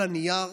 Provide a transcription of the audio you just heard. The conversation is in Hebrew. על הנייר,